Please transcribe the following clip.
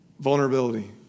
Vulnerability